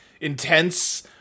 intense